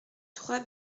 trois